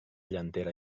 llanterna